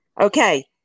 Okay